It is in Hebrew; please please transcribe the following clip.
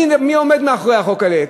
מי עומד מאחורי החוק הזה?